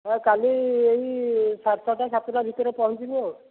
କାଲି ଏହି ସାଢ଼େ ଛଅଟା ସାତଟା ଭିତରେ ପହଞ୍ଚି ଯିବୁ ଆଉ